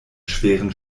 schweren